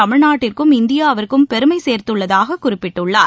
தமிழ்நாட்டிற்கும் இந்தியாவிற்கும் பெருமை சேர்த்துள்ளதாக குறிப்பிட்டுள்ளார்